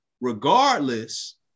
regardless